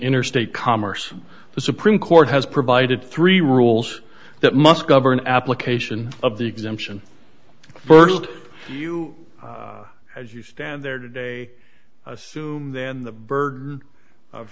interstate commerce the supreme court has provided three rules that must govern application of the exemption st you stand there today assume then the burden of